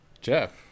Jeff